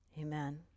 Amen